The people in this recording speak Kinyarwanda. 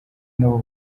nabo